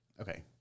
Okay